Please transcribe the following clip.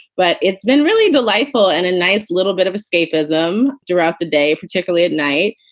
but it's been really delightful and a nice little bit of escapism throughout the day, particularly at night.